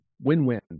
win-win